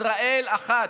ישראל אחת.